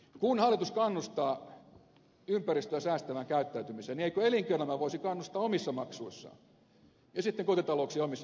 kun hallitus kannustaa ympäristöä säästävään käyttäytymiseen niin eikö elinkeinoelämää voisi kannustaa omissa maksuissaan ja sitten kotitalouksia omissa maksuissaan